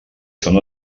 són